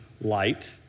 light